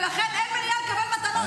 ולכן אין מניעה ממנו לקבל מתנות.